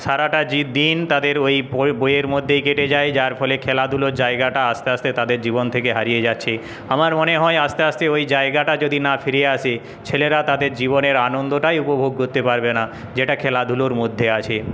সারাটা জীব দিন তাদের ওই বইয়ের মধ্যে কেটে যায় যার ফলে খেলাধুলো জায়গাটা আস্তে আস্তে তাদের জীবন থেকে হারিয়ে যাচ্ছে আমার মনে হয় আস্তে আস্তে ওই জায়গাটা যদি না ফিরে আসে ছেলেরা তাদের জীবনের আনন্দটাই উপভোগ করতে পারবে না যেটা খেলাধুলোর মধ্যে আছে